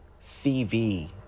CV